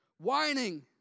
whining